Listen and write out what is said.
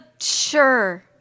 Sure